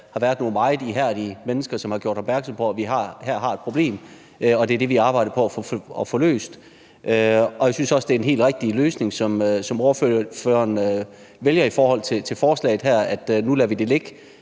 der har været nogle meget ihærdige mennesker, som har gjort opmærksom på, at vi her har et problem, og at det er det, vi arbejder på at få løst. Jeg synes også, det er en helt rigtig løsning, som ordføreren vælger i forhold til forslaget her, nemlig at vi nu lader